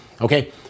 Okay